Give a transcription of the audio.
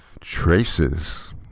Traces